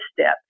step